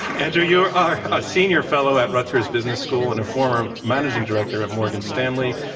andrew, you are are a senior fellow at rutgers business school and a former managing director at morgan stanley.